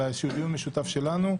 אלא איזשהו דיון משותף שלנו,